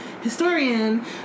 historian